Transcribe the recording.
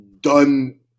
done